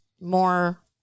more